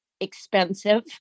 expensive